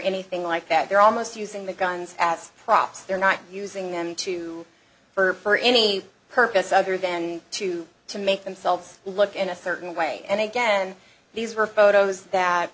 anything like that they're almost using the guns as props they're not using them to for any purpose other than to to make themselves look in a certain way and again these are photos that